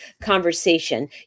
conversation